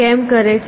કેમ કરે છે